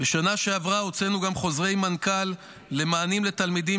בשנה שעברה הוצאנו גם חוזרי מנכ"ל על מענים לתלמידים